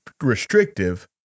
restrictive